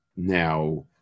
Now